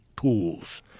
tools